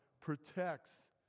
protects